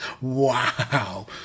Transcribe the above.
Wow